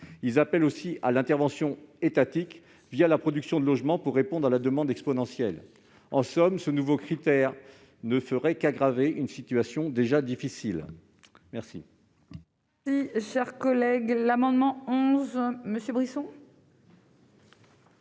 ils appellent aussi à l'intervention étatique la production de logements pour répondre à la demande exponentielle. En somme, ce nouveau critère ne ferait qu'aggraver une situation déjà difficile. Quel